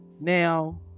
Now